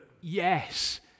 yes